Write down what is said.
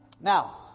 Now